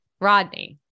Rodney